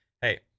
hey